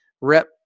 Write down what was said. Rep